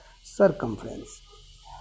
circumference